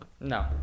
No